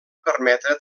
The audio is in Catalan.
permetre